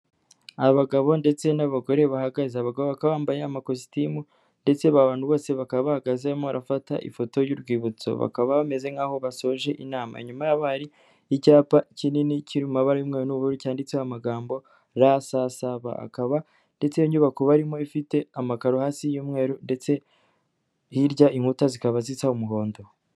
Abagabo ndetse n'abagore bahagaze, abagabo baka bambaye amakositimu ndetse abantu bose bakaba bahagazemo barafata ifoto y'urwibutso. Bakaba bameze nk'aho basoje inama, inyuma hari icyapa kinini kiri mu mabara bariri cyanditseho amagambo RSSB akaba ndetse n'inyubako barimo ifite amakaro hasi y'umweru ndetse hirya inkuta zikaba zisa umuhondo.